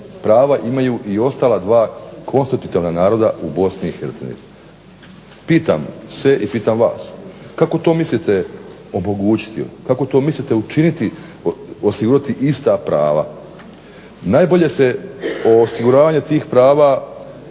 prava imaju i ostala dva konstitutivna naroda u BiH. Pitam se i pitam vas kako to mislite omogućiti, kako to mislite učiniti, osigurati ista prava. Najbolje se osiguravanje tih prava